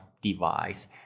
device